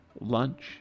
lunch